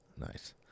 Nice